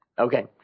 Okay